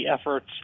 efforts